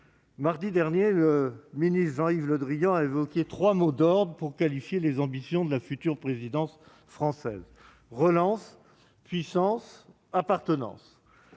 Mardi dernier, le ministre Jean-Yves Le Drian a évoqué trois mots d'ordre pour qualifier les ambitions de la future présidence française : relance, puissance, appartenance.